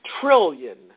trillion